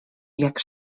jak